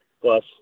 plus